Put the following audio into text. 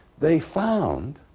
they found